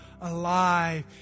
alive